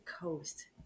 Coast